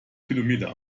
kilometern